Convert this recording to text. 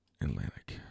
Atlantic